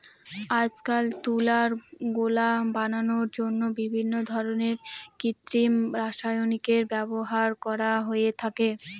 আজকাল তুলার গোলা বানানোর জন্য বিভিন্ন ধরনের কৃত্রিম রাসায়নিকের ব্যবহার করা হয়ে থাকে